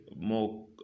more